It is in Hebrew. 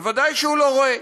ודאי שהוא לא רואה.